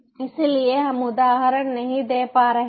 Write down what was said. इसलिए हम उदाहरण नहीं दे पा रहे हैं